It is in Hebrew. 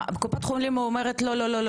קופת החולים אומרת: לא.